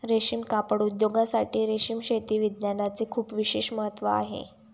रेशीम कापड उद्योगासाठी रेशीम शेती विज्ञानाचे खूप विशेष महत्त्व आहे